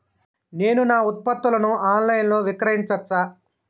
నేను నా ఉత్పత్తులను ఆన్ లైన్ లో విక్రయించచ్చా?